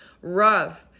rough